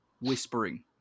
whispering